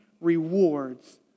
rewards